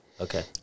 Okay